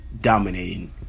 dominating